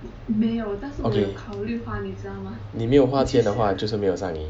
okay 你没有花钱的话就是没有上瘾